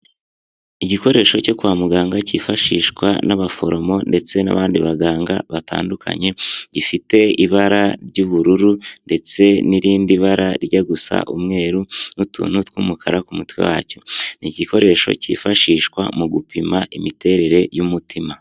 Igikoresho cyo kwa muganga cyifashishwa n'abaforomo ndetse n'abandi baganga batandukanye, gifite ibara ry'ubururu ndetse n'irindi bara rijya gusa umweru n'utuntu tw'umukara ku mutwe wacyo, ni igikoresho cyifashishwa mu gupima imiterere y'umutima.